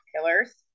Killers